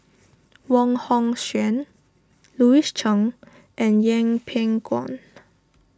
Wong Hong Suen Louis Chen and Yeng Pway Ngon